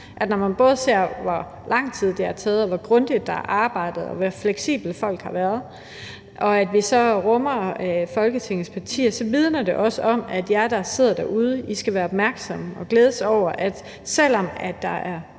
Og når man både ser på, hvor lang tid det har taget, hvor grundigt der er arbejdet, og hvor fleksible folk har været, så viser det bare, at vi rummer Folketingets partier. Det vidner også om, at jer, der sidder derude, skal være opmærksomme og glæde jer over, at selv om der er